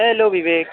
hello Vivek